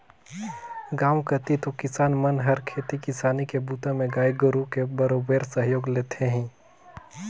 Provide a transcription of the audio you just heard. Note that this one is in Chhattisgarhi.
गांव कति तो किसान मन हर खेती किसानी के बूता में गाय गोरु के बरोबेर सहयोग लेथें ही